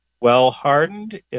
well-hardened